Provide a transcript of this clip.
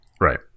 right